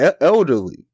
elderly